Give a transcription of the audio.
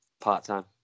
part-time